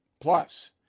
plus